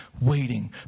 waiting